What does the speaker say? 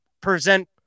present